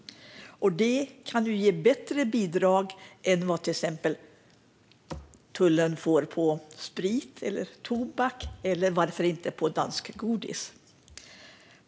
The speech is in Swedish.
Det kan ge ett bättre bidrag än det tullen får när det gäller till exempel sprit, tobak eller varför inte danskt godis.